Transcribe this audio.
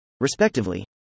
respectively